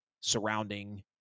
surrounding